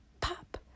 pop